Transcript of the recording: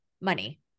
money